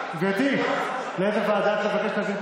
גברתי, לאיזו ועדה את מבקשת להעביר את